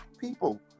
people